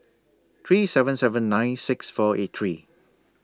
three seven seven nine six four eight three